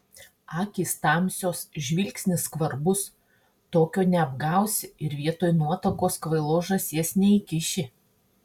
akys tamsios žvilgsnis skvarbus tokio neapgausi ir vietoj nuotakos kvailos žąsies neįkiši